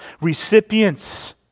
Recipients